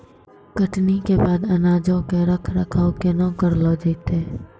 कटनी के बाद अनाजो के रख रखाव केना करलो जैतै?